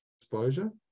exposure